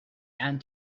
and